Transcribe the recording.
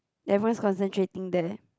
everyone's concentrating there